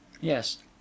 Yes